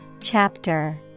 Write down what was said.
Chapter